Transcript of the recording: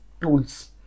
tools